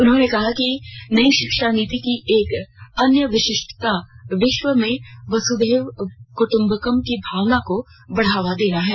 उन्होंने कहा कि नयी शिक्षा नीति की एक अन्य विशिष्टता विश्वे में वसुधैव कृट्बकम की भावना को बढ़ावा देना है